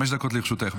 חמש דקות לרשותך,